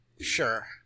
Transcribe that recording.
Sure